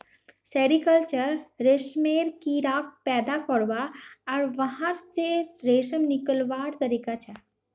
sericulture रेशमेर कीड़ाक पैदा करवा आर वहा स रेशम निकलव्वार तरिका छिके